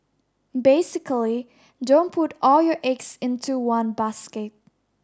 basically don't put all your eggs into one basket